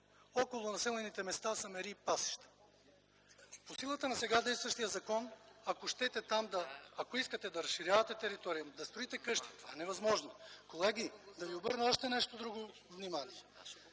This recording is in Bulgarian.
около населените места са мери и пасища. По силата на сега действащия закон, ако искате там да разширявате територия, да строите къщи – това е невъзможно! Колеги, да ви обърна внимание